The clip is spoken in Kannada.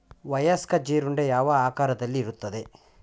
ವಯಸ್ಕ ಜೀರುಂಡೆ ಯಾವ ಆಕಾರದಲ್ಲಿರುತ್ತದೆ?